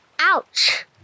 Ouch